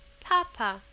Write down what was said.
Papa